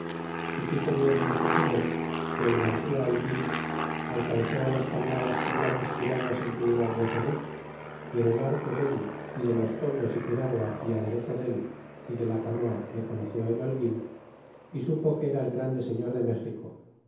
acompañaban quiso dios nuestro señor que el garcía holguin alcanzó las canoas a grandes piraguas en que iba el guatemuz y en el arte del y de los toldos piragua y aderezo dé y de la canoa le conoció el holguin y supo que era el grande señor de méxico